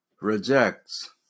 rejects